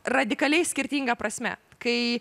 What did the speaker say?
radikaliai skirtinga prasme kai